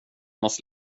måste